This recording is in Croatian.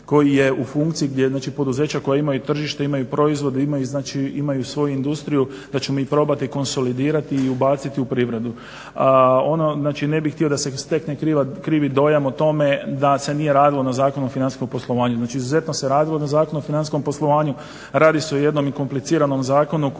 koji je u funkciji, znači poduzeća koja imaju tržište, imaju proizvode, imaju znači svoju industriju da ćemo ih probati konsolidirati i ubaciti u privredu. Znači ne bih htio da se stekne krivi dojam o tome da se nije radilo na Zakonu o financijskom poslovanju. Znači, izuzetno se radilo na Zakonu o financijskom poslovanju. Radi se o jednom kompliciranom zakonu koji